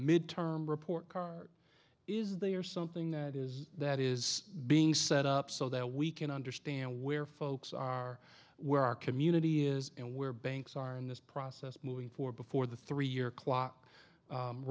mid term report card is there something that is that is being set up so that we can understand where folks are where our community is and where banks are in this process moving forward before the three year clock